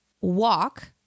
walk